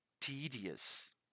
Tedious